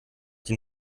die